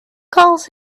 calls